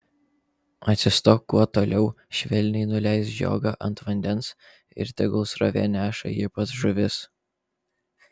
atsistok kuo toliau švelniai nuleisk žiogą ant vandens ir tegu srovė neša jį pas žuvis